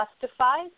justified